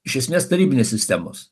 iš esmės tarybinės sistemos